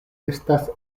estas